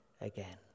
again